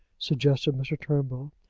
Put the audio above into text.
suggested mr. turnbull.